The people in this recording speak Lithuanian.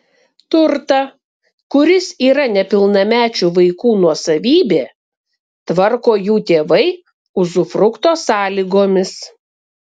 turtą kuris yra nepilnamečių vaikų nuosavybė tvarko jų tėvai uzufrukto sąlygomis